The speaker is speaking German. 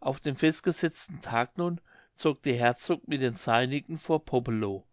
auf den festgesetzten tag nun zog der herzog mit den seinigen vor poppelow